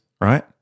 right